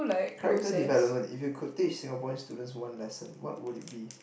character development if you could teach Singaporean students one lesson what would it be